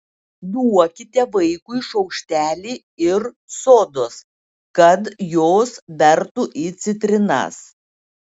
duokite vaikui šaukštelį ir sodos kad jos bertų į citrinas